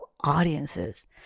audiences